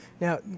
Now